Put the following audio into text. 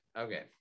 okay